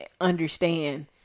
understand